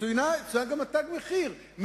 וצוין גם תג המחיר,